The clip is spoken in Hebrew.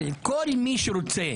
אבל כל מי שרוצה